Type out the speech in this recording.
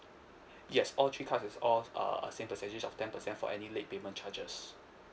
yes all three cards is all uh a same percentage of ten percent for any late payment charges